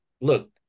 look